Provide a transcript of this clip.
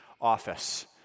office